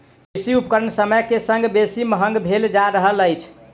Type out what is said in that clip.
कृषि उपकरण समय के संग बेसी महग भेल जा रहल अछि